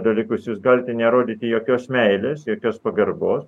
dalykus jūs galite nerodyti jokios meilės jokios pagarbos